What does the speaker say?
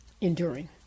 enduring